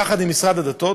יחד עם משרד הדתות.